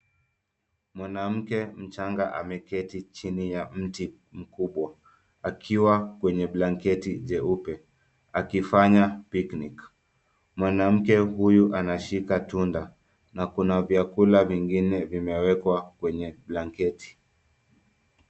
Mwanamke changa ameketi chini ya mti mkubwa akiwa kwenye blanketi jeupe akifanya picnic . Mwanamke huyu anashika tunda na kuna vyakula vingine vimewekwa kwenye blanketi.